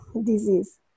disease